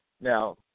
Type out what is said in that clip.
Now